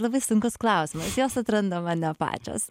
labai sunkus klausimas jos atranda mane pačios